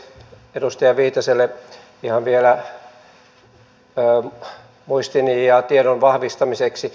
edustaja viitaselle ihan vielä muistin ja tiedon vahvistamiseksi